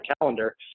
calendar